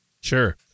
Sure